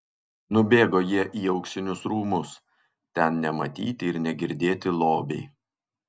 nubėgo jie į auksinius rūmus ten nematyti ir negirdėti lobiai